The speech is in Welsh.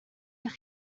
eich